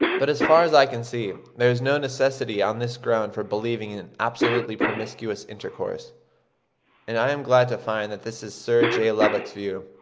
but as far as i can see, there is no necessity on this ground for believing in absolutely promiscuous intercourse and i am glad to find that this is sir j. lubbock's view.